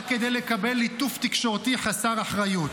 רק כדי לקבל ליטוף תקשורתי חסר אחריות.